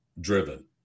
driven